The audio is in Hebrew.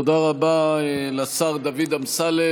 תודה רבה לשר דוד אמסלם.